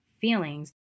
feelings